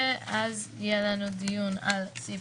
אז שוב --- אם זה דיון מהותי אז כן.